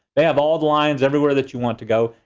they have all the lines, everywhere that you want to go,